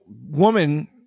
woman